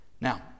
Now